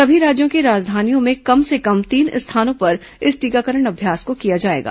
सभी राज्यों की राजधानियों में कम से कम तीन स्थानों पर इस टीकाकरण अभ्यास को किया जाएगा